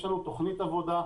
יש לנו תוכנית עבודה,